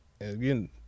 again